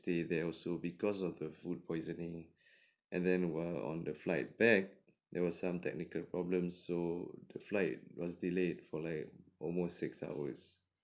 stay they also because of the food poisoning and then while on the flight back there was some technical problems so the flight was delayed for like almost six hours